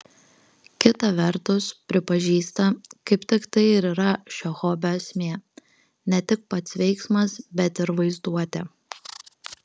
kita vertus pripažįsta kaip tik tai ir yra šio hobio esmė ne tik pats veiksmas bet ir vaizduotė